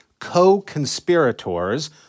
co-conspirators